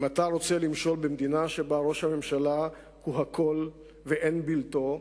אם אתה רוצה למשול במדינה שבה ראש הממשלה הוא הכול ואין בלתו,